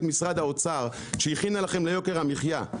משרד האוצר שהכינה לכם ליוקר המחיה,